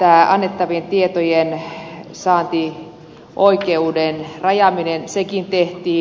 tämä annettavien tietojen saantioikeuden rajaaminen sekin tehtiin